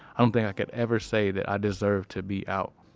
i don't think i can ever say that i deserve to be out